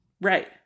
Right